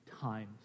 times